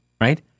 right